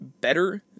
Better